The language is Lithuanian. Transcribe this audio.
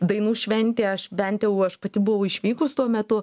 dainų šventė aš bent jau aš pati buvau išvykus tuo metu